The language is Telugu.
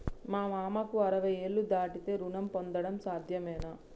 మా మామకు అరవై ఏళ్లు దాటితే రుణం పొందడం సాధ్యమేనా?